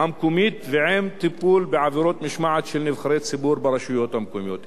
המקומית ועם טיפול בעבירות משמעת של נבחרי ציבור ברשויות המקומיות".